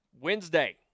Wednesday